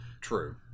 True